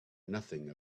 nothing